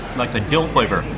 like the dill flavor,